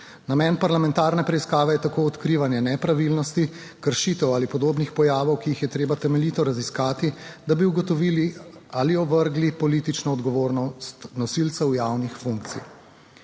Namen parlamentarne preiskave je tako odkrivanje nepravilnosti, kršitev ali podobnih pojavov, ki jih je treba temeljito raziskati, da bi ugotovili ali ovrgli politično odgovornost nosilcev javnih funkcij.